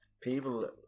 people